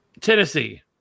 Tennessee